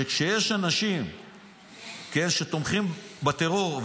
כשיש אנשים שתומכים בטרור.